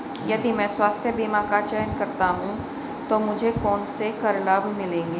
यदि मैं स्वास्थ्य बीमा का चयन करता हूँ तो मुझे कौन से कर लाभ मिलेंगे?